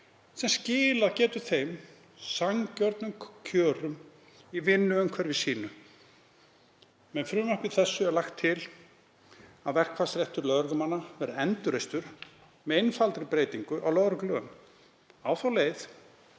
sem skilað getur þeim sanngjörnum kjörum í vinnuumhverfi sínu. Með frumvarpi þessu er lagt til að verkfallsréttur lögreglumanna verði endurreistur með einfaldri breytingu á lögreglulögum á þá leið